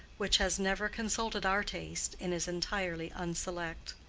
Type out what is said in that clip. which has never consulted our taste and is entirely unselect.